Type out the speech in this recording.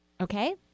Okay